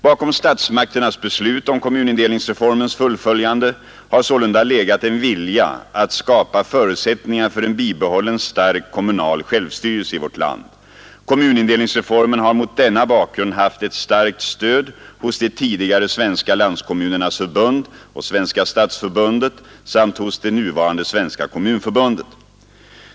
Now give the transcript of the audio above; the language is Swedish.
Bakom statsmakternas beslut om kommunindelningsreformens fullföljande har sålunda legat en vilja att skapa förutsättningar för en bibehållen stark kommunal självstyrelse i vårt land. Kommunindelningsreformen har mot denna bakgrund haft ett starkt stöd hos de tidigare Svenska landskommunernas förbund och Svenska stadsförbundet samt hos det nuvarande Svenska kommunförbundet.